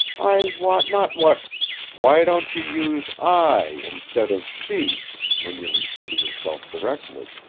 i wot not what why don't you use i instead of she when you refer to yourself directly?